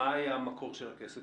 מה היה המקור של הכסף?